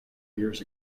years